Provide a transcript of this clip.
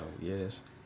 yes